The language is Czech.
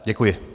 Děkuji.